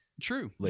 True